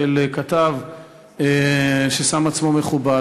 של כתב ששם עצמו מכובד,